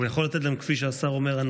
הוא יכול לתת להן הנחה, כפי שהשר אומר.